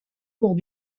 cours